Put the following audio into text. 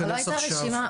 אבל לא הייתה רשימה,